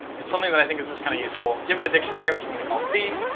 it's something that i think is just kind of useful. given a dictionary, which i'm going to call d,